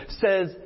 says